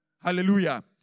Hallelujah